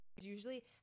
usually